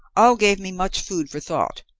all gave me much food for thought,